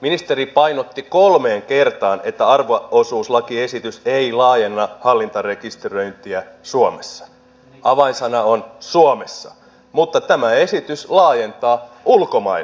ministeri painotti kolmeen kertaan että arvo osuuslakiesitys ei laajenna hallintarekisteröintiä suomessa avainsana on suomessa mutta tämä esitys laajentaa ulkomaille